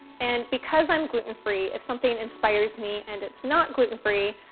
and, because i'm gluten free, if something inspires me and it's not gluten free,